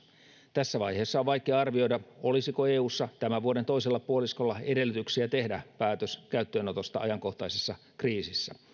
tässä vaiheessa on vaikea arvioida olisiko eussa tämän vuoden toisella puoliskolla edellytyksiä tehdä päätös käyttöönotosta ajankohtaisessa kriisissä